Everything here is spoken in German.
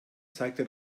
zeigte